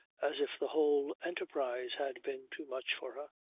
as if the whole enterprise had been too much for her.